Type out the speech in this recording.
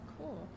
Cool